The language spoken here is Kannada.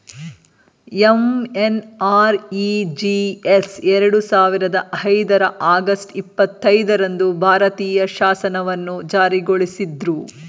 ಎಂ.ಎನ್.ಆರ್.ಇ.ಜಿ.ಎಸ್ ಎರಡು ಸಾವಿರದ ಐದರ ಆಗಸ್ಟ್ ಇಪ್ಪತ್ತೈದು ರಂದು ಭಾರತೀಯ ಶಾಸನವನ್ನು ಜಾರಿಗೊಳಿಸಿದ್ರು